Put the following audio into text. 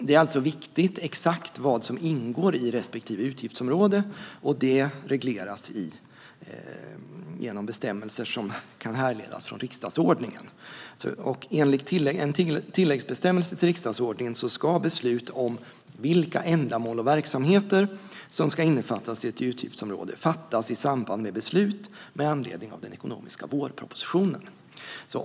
Det är alltså viktigt exakt vad som ingår i respektive utgiftsområde, och det regleras genom bestämmelser som kan härledas från riksdagsordningen. Enligt en tilläggsbestämmelse till riksdagsordningen ska beslut om vilka ändamål och verksamheter som ska innefattas i ett utgiftsområde fattas i samband med beslut med anledning av den ekonomiska vårpropositionen.